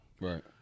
Right